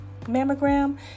mammogram